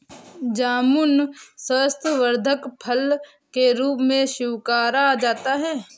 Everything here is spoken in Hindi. जामुन स्वास्थ्यवर्धक फल के रूप में स्वीकारा जाता है